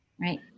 Right